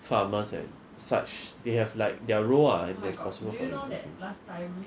farmers and such they have like their role ah and they are responsible for such